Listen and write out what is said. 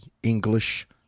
english